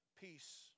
peace